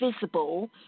visible